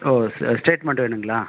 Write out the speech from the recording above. ஓ ஸ்ஸு ஸ்டேட்மென்ட் வேணும்ங்களா